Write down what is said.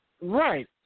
Right